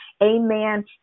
Amen